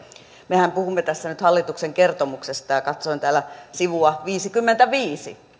mehän puhumme tässä nyt hallituksen kertomuksesta ja katsoin täältä sivua viisikymmentäviisi ja